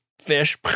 fish